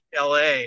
la